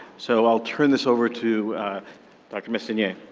so i'll turn this over to dr. messonnier.